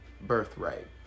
birthright